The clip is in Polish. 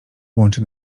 łączy